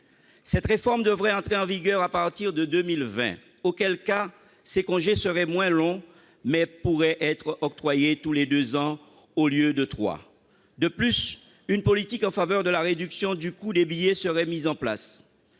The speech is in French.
Cette réforme devrait entrer en vigueur « à partir de 2020 », avec des congés qui seraient moins longs, mais qui pourraient être octroyés tous les deux ans au lieu de trois. De plus, une politique en faveur de la réduction du coût des billets serait mise en place.